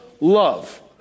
love